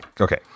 Okay